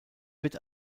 wird